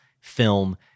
film